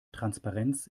transparenz